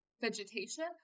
vegetation